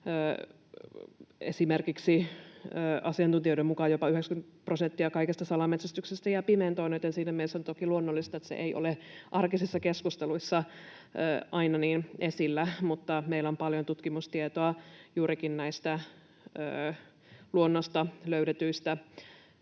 Esimerkiksi asiantuntijoiden mukaan jopa 90 prosenttia kaikesta salametsästyksestä jää pimentoon, joten siinä mielessä on toki luonnollista, että se ei ole arkisissa keskusteluissa aina niin esillä, mutta meillä on paljon tutkimustietoa juurikin näistä luonnosta löydetyistä